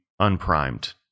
unprimed